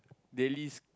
daily s~